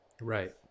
Right